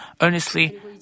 earnestly